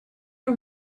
you